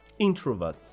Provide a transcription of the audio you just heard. introverts